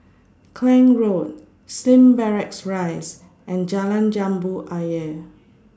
Klang Road Slim Barracks Rise and Jalan Jambu Ayer